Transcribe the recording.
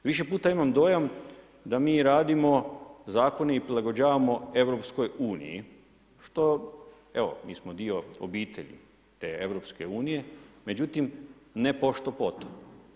Više puta imam dojam da mi radimo zakone i prilagođavamo EU-u što evo, mi smo dio obitelji te EU, međutim, ne pošto-poto.